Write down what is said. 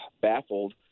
baffled